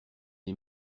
les